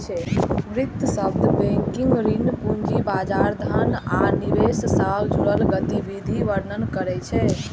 वित्त शब्द बैंकिंग, ऋण, पूंजी बाजार, धन आ निवेश सं जुड़ल गतिविधिक वर्णन करै छै